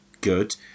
good